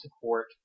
support